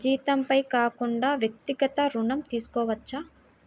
జీతంపై కాకుండా వ్యక్తిగత ఋణం తీసుకోవచ్చా?